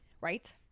Right